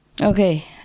Okay